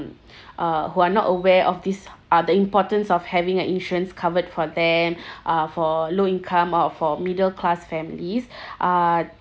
uh who are not aware of these uh the importance of having a insurance covered for them uh for low income uh for middle class families uh